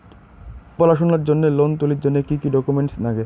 পড়াশুনার জন্যে লোন তুলির জন্যে কি কি ডকুমেন্টস নাগে?